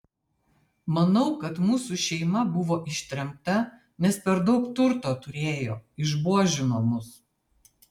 manau kad mūsų šeima buvo ištremta nes per daug turto turėjo išbuožino mus